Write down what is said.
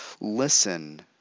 Listen